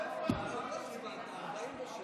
אתה עוד לא הצבעת.